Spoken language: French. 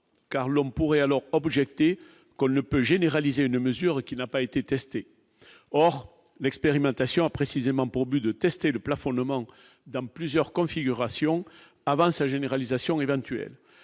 car l'homme pourrait alors objecté qu'on ne peut généraliser une mesure qui n'a pas été testés, or l'expérimentation a précisément pour but de tester le plafonnement dans plusieurs configurations avant sa généralisation éventuelle